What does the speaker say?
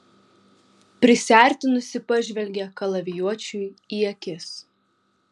prisiartinusi pažvelgė kalavijuočiui į akis